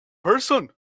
person